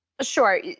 Sure